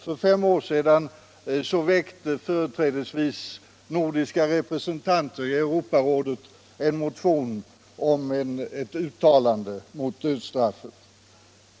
För fem år sedan väckte företrädesvis nordiska representanter i Europrådet en motion om ett uttalande mot dödsstraffet.